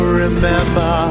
remember